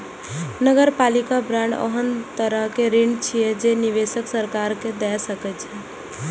नगरपालिका बांड ओहन तरहक ऋण छियै, जे निवेशक सरकार के दै छै